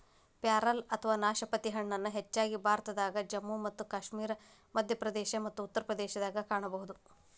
ಪ್ಯಾರಲ ಅಥವಾ ನಾಶಪತಿ ಹಣ್ಣನ್ನ ಹೆಚ್ಚಾಗಿ ಭಾರತದಾಗ, ಜಮ್ಮು ಮತ್ತು ಕಾಶ್ಮೇರ, ಮಧ್ಯಪ್ರದೇಶ ಮತ್ತ ಉತ್ತರ ಪ್ರದೇಶದಾಗ ಕಾಣಬಹುದು